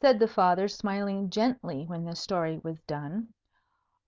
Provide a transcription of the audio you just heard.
said the father, smiling gently when the story was done